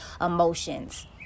emotions